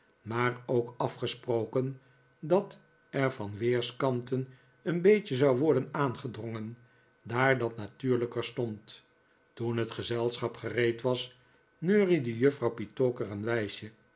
maar ook afgesproken dat er van weerskanten een beetje zou worden aangedrongen daar dat natuurlijker stond toen het gezelschap gereed was neuriede juffrouw petowker een wijsje